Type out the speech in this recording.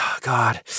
God